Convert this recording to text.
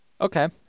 okay